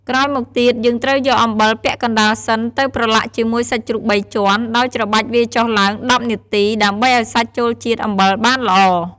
ក្រោយមកទៀត យើងត្រូវយកអំបិលពាក់កណ្ដាលសិនទៅប្រឡាក់ជាមួយសាច់ជ្រូកបីជាន់ ដោយច្របាច់វាចុះឡើង១០នាទី ដើម្បីឱ្យសាច់ចូលជាតិអំបិលបានល្អ។